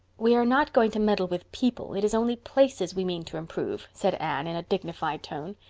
we are not going to meddle with people. it is only places we mean to improve, said anne, in a dignified tone.